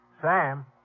Sam